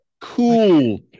Cool